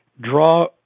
draw